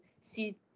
see